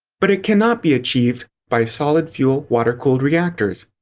but it can not be achieved by solid-fuel, water cooled reactors.